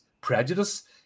prejudice